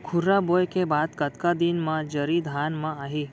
खुर्रा बोए के बाद कतका दिन म जरी धान म आही?